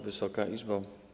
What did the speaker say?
Wysoka Izbo!